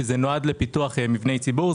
שזה נועד לפיתוח מבני ציבור.